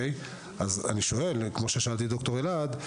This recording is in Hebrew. אז אני שואל כמו ששאלתי את ד"ר אלעד,